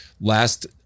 last